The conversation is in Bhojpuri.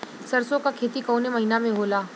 सरसों का खेती कवने महीना में होला?